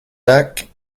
back